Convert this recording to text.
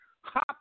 Hop